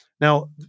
Now